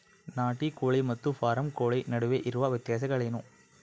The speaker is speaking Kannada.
ನಾಟಿ ಕೋಳಿ ಮತ್ತು ಫಾರಂ ಕೋಳಿ ನಡುವೆ ಇರುವ ವ್ಯತ್ಯಾಸಗಳೇನು?